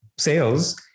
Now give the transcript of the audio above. Sales